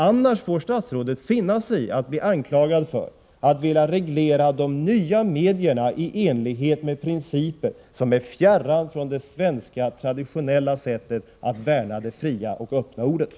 Annars får han finna sig i att bli anklagad för att vilja reglera de nya medierna enligt principer som är fjärran från det traditionellt svenska sättet att värna det fria ordet och den öppna debatten.